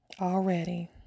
already